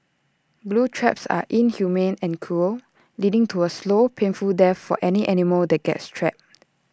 glue traps are inhumane and cruel leading to A slow painful death for any animal that gets trapped